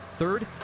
Third